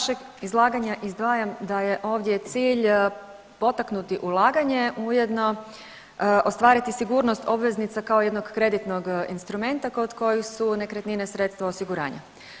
Iz vašeg izlaganja izdvajam da je ovdje cilj potaknuti ulaganje ujedno ostvariti sigurnost obveznica kao jednog kreditnog instrumenta kod kojih su nekretnine sredstvo osiguranja.